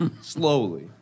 Slowly